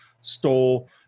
stole